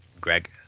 Greg